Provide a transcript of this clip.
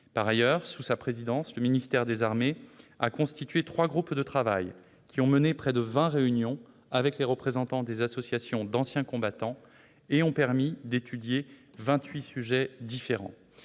Par ailleurs, sous sa présidence, le ministère des armées a constitué trois groupes de travail, qui ont mené près de vingt réunions avec les représentants des associations d'anciens combattants et ont permis d'étudier vingt-huit sujets différents.